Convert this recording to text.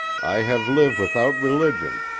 i have live without religion,